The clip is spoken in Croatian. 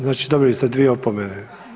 Znači dobili ste dvije opomene.